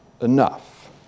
enough